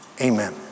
Amen